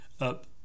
up